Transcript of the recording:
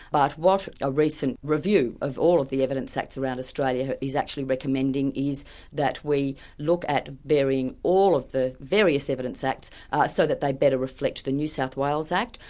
but what a recent review of all of the evidence acts around australia is actually recommending is that we look at all of the various evidence acts so that they better reflect the new south wales act,